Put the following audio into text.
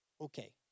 Okay